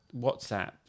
WhatsApp